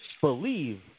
believe